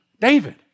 David